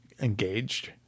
engaged